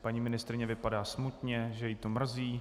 Paní ministryně vypadá smutně, že ji to mrzí.